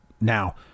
Now